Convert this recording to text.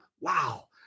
Wow